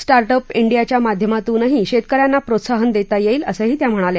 start up डियाच्या माध्यमातूनही शस्कि यांना प्रोत्साहन दक्ती या ्विंम असंही त्या म्हणाल्या